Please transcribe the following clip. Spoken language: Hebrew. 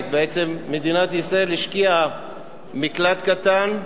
בעצם מדינת ישראל השקיעה במקלט קטן,